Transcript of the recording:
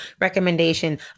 recommendation